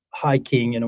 hiking, and